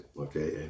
Okay